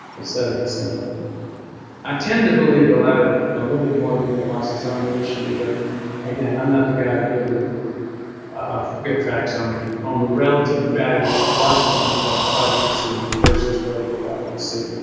etc etc i tend to believe the latter a little bit more than than lysosomal issue but again i'm not the guy to give you good facts i'm on the relative value of lysosomal but vitamin c versus regular vitamin c